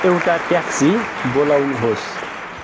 एउटा ट्याक्सी बोलाउनुहोस्